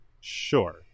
Sure